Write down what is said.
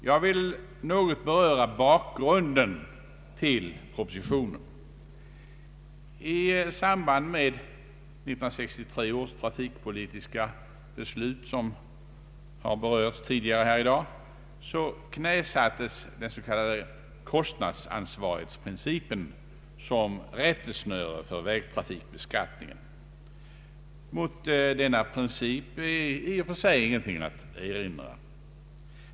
Jag vill först beröra bakgrunden till propositionen. I samband med 1963 års trafikpolitiska beslut, som har berörts tidigare här i dag, knäsattes den s.k. kostnadsansvarighetsprincipen som rättesnöre för vägtrafikbeskattningen. Mot denna princip är i och för sig ingenting att erinra.